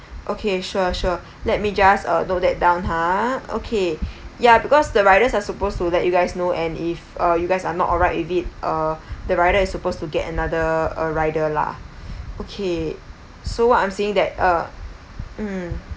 okay sure sure let me just uh note that down ha okay ya because the riders are supposed to let you guys know and if uh you guys are not alright with it uh the rider is supposed to get another uh rider lah okay so what I'm seeing that uh mm